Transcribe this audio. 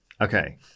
Okay